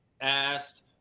asked